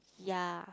ya